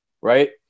right